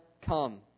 come